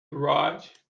garage